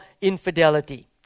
infidelity